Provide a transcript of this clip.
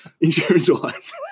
Insurance-wise